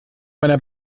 meiner